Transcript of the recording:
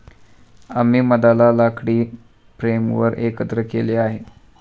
आम्ही मधाला लाकडी फ्रेमवर एकत्र केले आहे